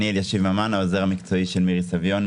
אני העוזר המקצועי של מירי סביון.